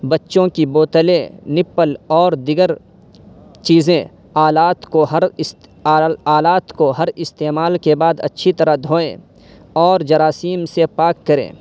بچوں کی بوتلیں نپل اور دیگر چیزیں آلات کو ہر اس آلات کو ہر استعمال کے بعد اچھی طرح دھوئیں اور جراثیم سے پاک کریں